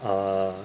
uh